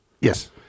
Yes